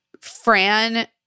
Fran